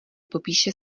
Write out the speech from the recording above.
popíše